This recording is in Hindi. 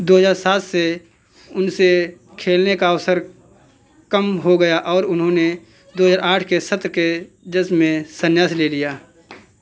दो हज़ार सात से उनके खेलने का अवसर कम हो गया और उन्होंने दो हज़ार आठ के सत्र के में संन्यास ले लिया